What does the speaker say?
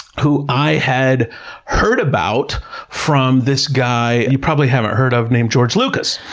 who i had heard about from this guy you probably haven't heard of, named george lucas.